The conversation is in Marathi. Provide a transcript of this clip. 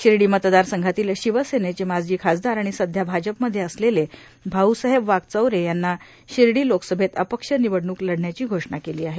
शिर्डी मतदार संघातील शिवसेनेचे माजी खासदार आणि सध्या भाजपमध्ये असलेले भाऊसाहेब वाकचैरे यांनी शिर्डी लोकसभेत अपक्ष निवडणूक लढण्याची घोषणा केली आहे